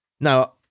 Now